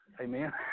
Amen